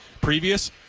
Previous